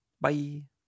Bye